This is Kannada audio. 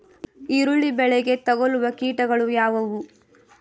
ಈರುಳ್ಳಿ ಬೆಳೆಗೆ ತಗಲುವ ಕೀಟಗಳು ಯಾವುವು?